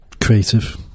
creative